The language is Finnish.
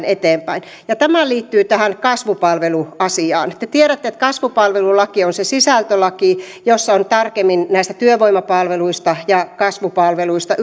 eteenpäin ja tämä liittyy tähän kasvupalveluasiaan te tiedätte että kasvupalvelulaki on se sisältölaki jossa on tarkemmin näistä työvoimapalveluista ja kasvupalveluista